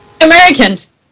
Americans